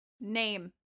name